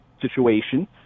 situation